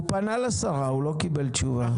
הוא פנה לשרה, הוא לא קיבל תשובה.